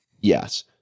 Yes